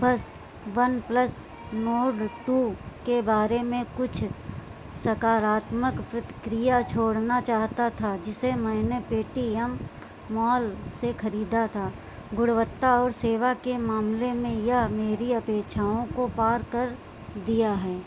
बस OnePlus Nord two के बारे में कुछ सकारात्मक प्रतिक्रिया छोड़ना चाहता था जिसे मैंने पेटीएम मॉल से ख़रीदा था गुणवत्ता और सेवा के मामले में यह मेरी अपेक्षाओं को पार कर दिया हैं